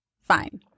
Fine